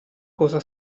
cosa